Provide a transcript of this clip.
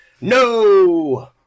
No